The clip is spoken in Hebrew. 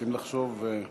צריכים לחשוב, באמת,